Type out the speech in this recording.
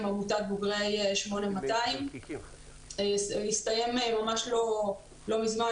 עמותת בוגרי 8200 שהסתיים ממש לא מזמן,